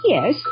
Yes